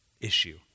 issue